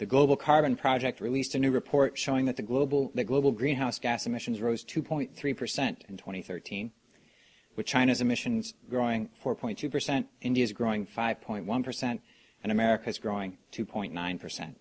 the global carbon project released a new report showing that the global the global greenhouse gas emissions rose two point three percent in two thousand and thirteen with china's emissions growing four point two percent india's growing five point one percent and america's growing two point nine percent